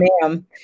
ma'am